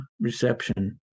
reception